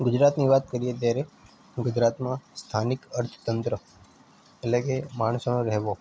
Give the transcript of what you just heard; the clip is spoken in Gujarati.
ગુજરાત ની વાત કરીએ ત્યારે ગુજરાતમાં સ્થાનિક અર્થતંત્ર એટલે કે માણસોનો રહેવો